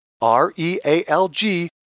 R-E-A-L-G